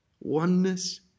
oneness